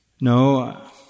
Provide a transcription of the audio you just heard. No